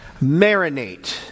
Marinate